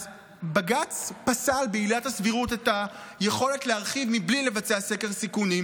אז בג"ץ פסל בעילת הסבירות את היכולת להרחיב מבלי לבצע סקר סיכונים,